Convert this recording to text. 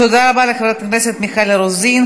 תודה רבה לחברת הכנסת מיכל רוזין.